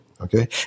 Okay